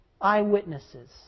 Eyewitnesses